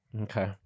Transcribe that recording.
Okay